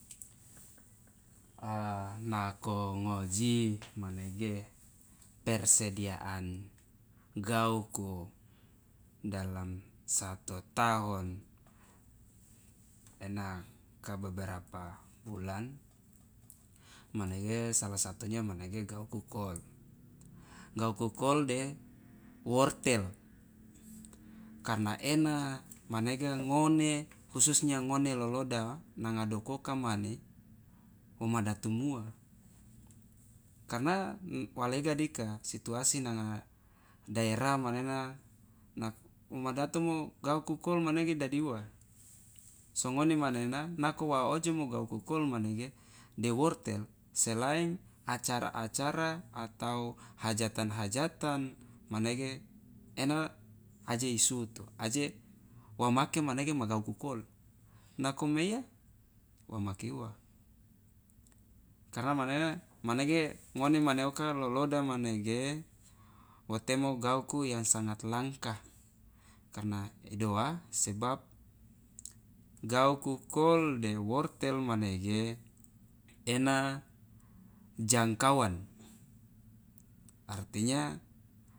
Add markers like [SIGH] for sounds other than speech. a nako ngoji manege persediaan gauku dalam satu tahun ena ka beberapa bulan manege sala satunya manege gauku kol [NOISE] gauku kol de wortel [NOISE] karna ena manege ngone khususnya ngone loloda nanga doku oka mane woma datomuwa karna wa lega dika situasi nanga daera manena nako womadatomo gauku kol manege idadi uwa so ngone manen nako wa ojomo gauku kol manege de wortel selain acara acara atau hajatan hajatan manege ena aje isuwutu aje wamake manege ma gauku kol nako meiya wamake uwa karna manena manege ngone mane oka loloda manege wo temo manege gauku yang sangat langka karna idoa sebab gauku kol de wortel manege ena jangkauwan artinya.